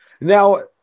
Now